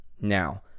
Now